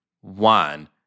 one